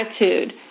attitude